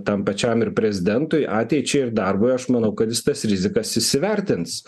tam pačiam ir prezidentui ateičiai ir darbui aš manau kad jis tas rizikas įsivertins